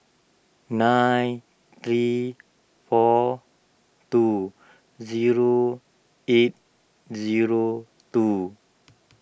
nine three four two zero eight zero two